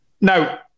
Now